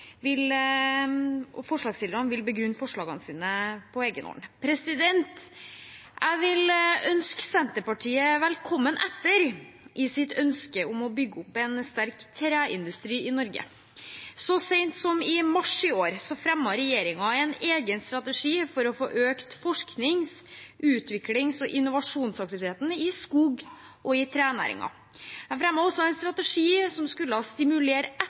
vil begrunne forslagene sine på egen hånd. Jeg vil ønske Senterpartiet velkommen etter i sitt ønske om å bygge opp en sterk treindustri i Norge. Så sent som i mars i år fremmet regjeringen en egen strategi for å få økt forsknings-, utviklings- og innovasjonsaktiviteten i skog- og trenæringen. De fremmet også en strategi som skulle stimulere etterspørselen etter